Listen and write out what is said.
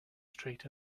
street